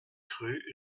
rue